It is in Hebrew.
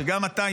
שגם אתה,